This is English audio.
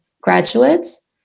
graduates